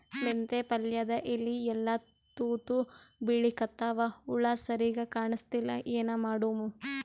ಮೆಂತೆ ಪಲ್ಯಾದ ಎಲಿ ಎಲ್ಲಾ ತೂತ ಬಿಳಿಕತ್ತಾವ, ಹುಳ ಸರಿಗ ಕಾಣಸ್ತಿಲ್ಲ, ಏನ ಮಾಡಮು?